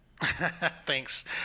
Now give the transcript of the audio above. Thanks